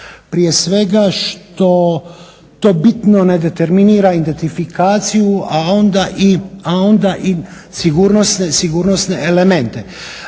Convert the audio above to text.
Prije svega što to bitno ne determinira identifikaciju, a onda i sigurnosne elemente.